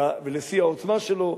ולשיא העוצמה שלו,